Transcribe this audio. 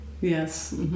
yes